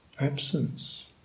Absence